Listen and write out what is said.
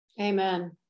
Amen